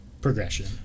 progression